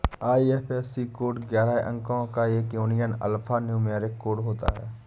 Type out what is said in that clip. IFSC code ग्यारह अंको का एक यूनिक अल्फान्यूमैरिक कोड होता है